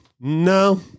no